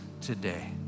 today